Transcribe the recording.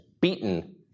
beaten